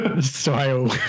style